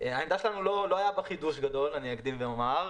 אקדים ואומר שלא היה חידוש גדול בעמדה שלנו.